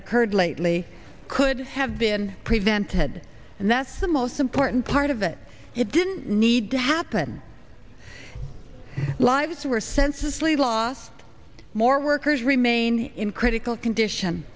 occurred lately could have been prevented and that's the most important part of it it didn't need to happen and lives were census lead lost more workers remain in critical condition